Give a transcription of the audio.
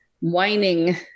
whining